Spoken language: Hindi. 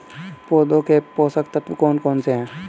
पौधों के पोषक तत्व कौन कौन से हैं?